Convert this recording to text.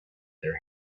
their